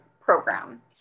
program